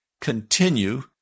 continue